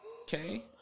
Okay